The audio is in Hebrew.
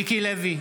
מיקי לוי,